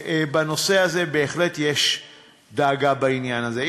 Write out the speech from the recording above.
בנושא הזה בהחלט יש דאגה בעניין הזה.